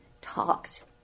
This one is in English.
talked